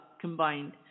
combined